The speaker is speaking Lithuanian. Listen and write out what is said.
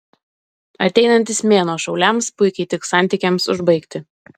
ateinantis mėnuo šauliams puikiai tiks santykiams užbaigti